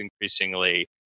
increasingly